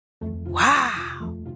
wow